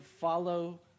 follow